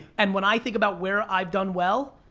and when i think about where i've done well,